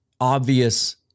obvious